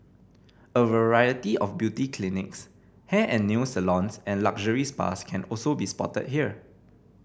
a variety of beauty clinics hair and nail salons and luxury spas can also be spotted here